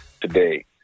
today